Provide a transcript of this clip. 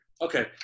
okay